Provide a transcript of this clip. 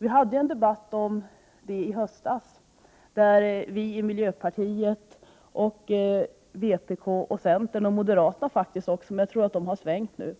Vi hade ju en debatt om detta i höstas, där vi i miljöpartiet, vpk och centern — och faktiskt också moderaterna, men jag tror att de har svängt nu